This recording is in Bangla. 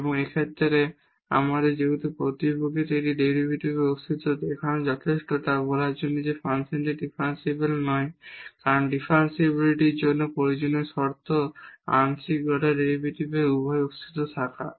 এবং এই ক্ষেত্রে যেহেতু প্রকৃতপক্ষে একটি ডেরিভেটিভের অস্তিত্ব দেখানো যথেষ্ট তা বলার জন্য যে ফাংশনটি ডিফারেনশিবল নয় কারণ ডিফারেনশিবিলিটির জন্য প্রয়োজনীয় শর্ত হল আংশিক অর্ডার ডেরিভেটিভ উভয়ের অস্তিত্ব থাকা